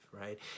right